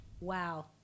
Wow